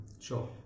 Sure